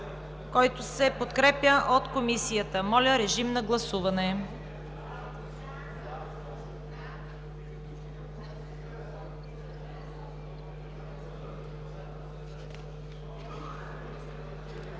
което не е подкрепено от Комисията. Моля, режим на гласуване.